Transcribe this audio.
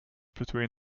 between